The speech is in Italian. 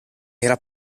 era